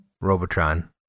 Robotron